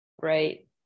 right